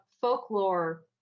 folklore